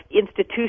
institution